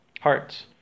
hearts